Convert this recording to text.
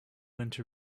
went